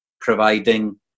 providing